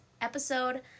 episode